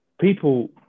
People